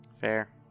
Fair